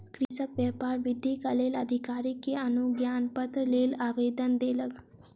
कृषक व्यापार वृद्धिक लेल अधिकारी के अनुज्ञापत्रक लेल आवेदन देलक